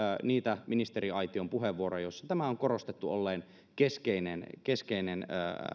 niitä ministeriaition puheenvuoroja joissa tämän on korostettu olleen keskeinen keskeinen